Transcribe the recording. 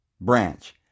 branch